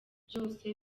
byose